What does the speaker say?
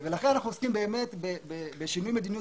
לכן אנחנו עוסקים בשינוי מדיניות